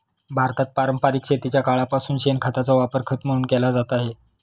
भारतात पारंपरिक शेतीच्या काळापासून शेणखताचा वापर खत म्हणून केला जात आहे